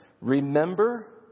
Remember